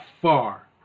far